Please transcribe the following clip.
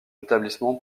établissement